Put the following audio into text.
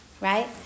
right